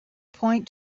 point